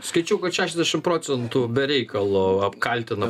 skaičiau kad šešiasdešim procentų be reikalo apkaltina